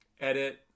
edit